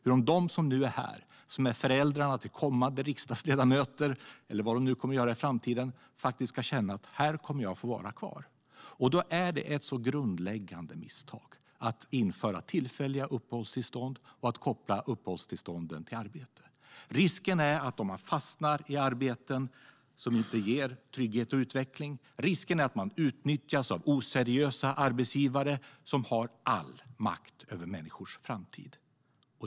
Om att de som nu är här och är föräldrar till blivande riksdagsledamöter, eller vad de nu kommer att göra i framtiden, faktiskt ska känna: Här kommer jag att få vara kvar. Det är ett grundläggande misstag att införa tillfälliga uppehållstillstånd och att koppla uppehållstillstånden till arbete. Risken är att man fastnar i arbeten som inte ger trygghet och utveckling. Risken är att man utnyttjas av oseriösa arbetsgivare som har all makt över människors framtid.